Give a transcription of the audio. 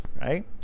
right